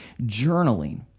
journaling